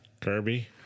Kirby